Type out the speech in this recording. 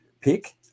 pick